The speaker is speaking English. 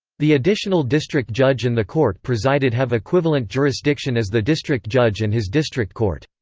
the additional district judge and the court presided have equivalent jurisdiction as the district judge and his district court.